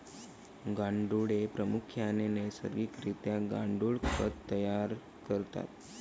गांडुळे प्रामुख्याने नैसर्गिक रित्या गांडुळ खत तयार करतात